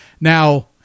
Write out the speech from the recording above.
Now